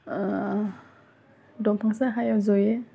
दंफां साहायाव जयो